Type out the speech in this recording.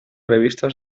revista